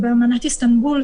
ובאמנת איסטנבול,